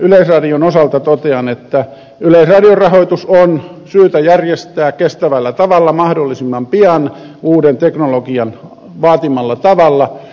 yleisradion osalta totean että yleisradion rahoitus on syytä järjestää kestävällä tavalla mahdollisimman pian uuden teknologian vaatimalla tavalla